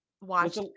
watch